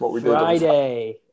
Friday